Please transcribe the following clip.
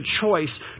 choice